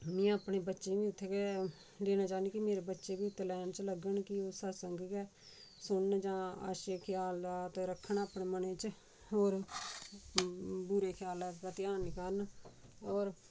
में अपने बच्चे बी उत्थें गै लेना चाहन्नी कि मेरे बच्चे बी इत्त लैन च लग्गन कि ओह् सत्संग गै सुनन जां अच्छे ख्यालात रक्खन अपने मनै च होर बुरे ख्यालात दा ध्यान नी करन होर